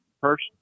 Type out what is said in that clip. first